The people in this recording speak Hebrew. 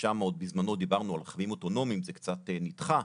שם בזמנו עוד דיברנו על רכבים אוטונומיים וזה קצת נדחה,